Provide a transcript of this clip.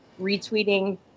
retweeting